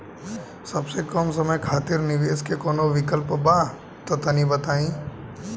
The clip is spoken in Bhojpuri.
सबसे कम समय खातिर निवेश के कौनो विकल्प बा त तनि बताई?